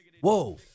whoa